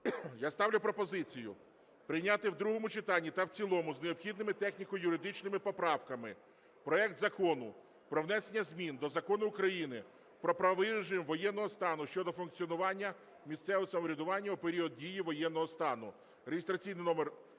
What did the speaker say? Я ставлю пропозицію прийняти в другому читанні та в цілому з необхідними техніко-юридичними поправками проект Закону про внесення змін до Закону України "Про правовий режим воєнного стану" щодо функціонування місцевого самоврядування у період дії воєнного стану (реєстраційний номер